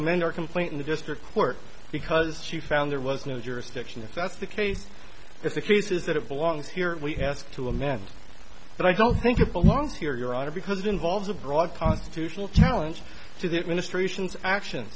amend our complaint in the district court because she found there was no jurisdiction if that's the case if the cases that have belongs here we asked to amend but i don't think it belongs here your honor because it involves a broad constitutional challenge to the administration